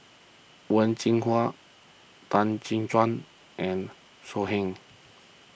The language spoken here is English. Wen Jinhua Tan Gek Suan and So Heng